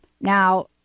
Now